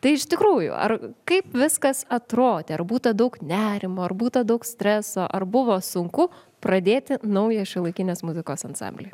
tai iš tikrųjų ar kaip viskas atrodė ar būta daug nerimo ar būta daug streso ar buvo sunku pradėti naują šiuolaikinės muzikos ansamblį